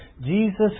Jesus